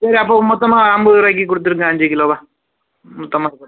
இல்லை அப்போது மொத்தமாக ஐம்பது ரூபாய்க்கு கொடுத்துடுங்க அஞ்சு கிலோவாக மொத்தமாக